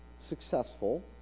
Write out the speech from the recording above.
successful